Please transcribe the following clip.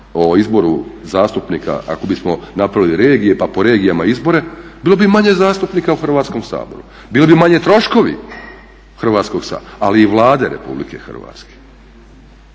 o izborima zastupnika ako bismo napravili regije pa po regijama izbore, bilo bi manje zastupnika u Hrvatskom saboru, bili bi manji troškovi Hrvatskog sabora, ali i Vlade Republike Hrvatske.